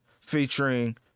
featuring